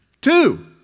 Two